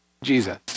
Jesus